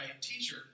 teacher